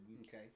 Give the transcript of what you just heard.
Okay